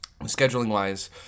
Scheduling-wise